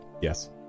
Yes